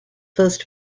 first